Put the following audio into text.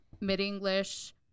Mid-English